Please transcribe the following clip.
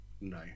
No